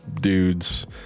dudes